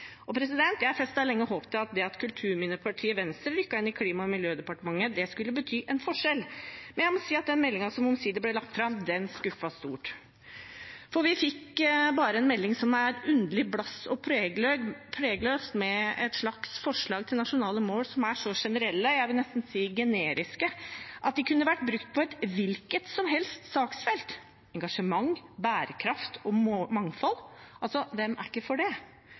Jeg festet lenge håp til at det at kulturminnepartiet Venstre rykket inn i Klima- og miljødepartementet, skulle bety en forskjell, men jeg må si at den meldingen som omsider ble lagt fram, skuffet stort. Vi fikk bare en melding som er underlig blass og pregløs, med et slags forslag til nasjonale mål som er så generelle – jeg vil nesten si generiske – at de kunne vært brukt på et hvilket som helst saksfelt. «Engasjement, bærekraft og mangfold» – hvem er ikke for det?